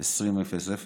בשעה 20:00,